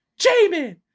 Jamin